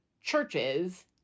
churches